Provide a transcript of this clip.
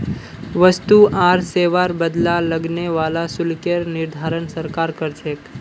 वस्तु आर सेवार बदला लगने वाला शुल्केर निर्धारण सरकार कर छेक